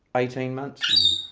eighteen months.